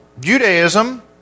Judaism